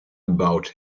about